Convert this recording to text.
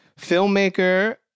Filmmaker